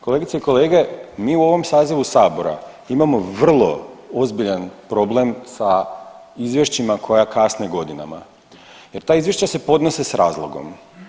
Kolegice i kolege, mi u ovom sazivu sabora imamo vrlo ozbiljan problem sa izvješćima koja kasne godinama jer ta izvješća se podnose s razlogom.